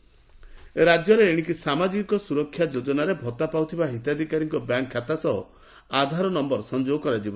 ସମୀକ୍ଷା ବୈଠକ ରାଜ୍ୟରେ ଏଶିକି ସାମାଜିକ ସୁରକ୍ଷା ଯୋଜନାରେ ଭତ୍ତା ପାଉଥିବା ହିତାଧିକାରୀଙ୍କ ବ୍ୟାଙ୍କ ଖାତା ସହ ଆଧାର ନମ୍ୟର ସଂଯୋଗ କରାଯିବ